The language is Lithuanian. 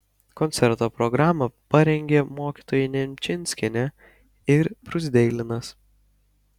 koncerto programą parengė mokytojai nemčinskienė ir bruzdeilinas